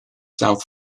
south